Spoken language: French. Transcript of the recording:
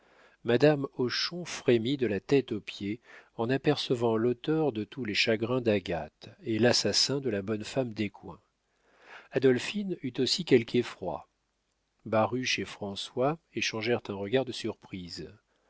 madame hochon frémit de la tête aux pieds en apercevant l'auteur de tous les chagrins d'agathe et l'assassin de la bonne femme descoings adolphine eut aussi quelque effroi baruch et françois échangèrent un regard de surprise